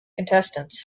contestants